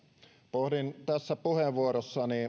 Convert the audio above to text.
pohdin tässä puheenvuorossani